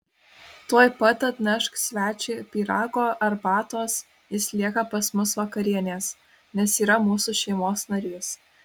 tuoj pat atnešk svečiui pyrago arbatos jis lieka pas mus vakarienės nes yra mūsų šeimos narys